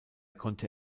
konnte